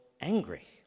angry